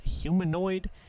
humanoid